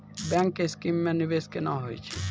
Bank के scheme मे निवेश केना होय छै?